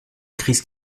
crise